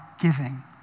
giving